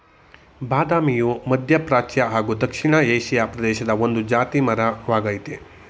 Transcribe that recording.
ಬಾದಾಮಿಯು ಮಧ್ಯಪ್ರಾಚ್ಯ ಹಾಗೂ ದಕ್ಷಿಣ ಏಷಿಯಾ ಪ್ರದೇಶದ ಒಂದು ಜಾತಿ ಮರ ವಾಗಯ್ತೆ